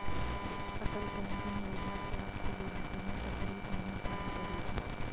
अटल pension Yojana से आपको बुढ़ापे में तकलीफ नहीं उठानी पड़ेगी